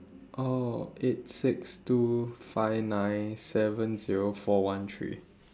oh eight six two five nine seven zero four one three